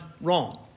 wrong